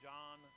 John